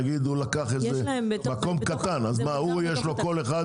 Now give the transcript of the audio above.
נגיד הוא לקח איזה מקום קטן --- לראשי הרשויות הגדולים